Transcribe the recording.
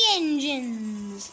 engines